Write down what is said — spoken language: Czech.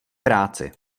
práci